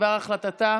בדבר החלטתה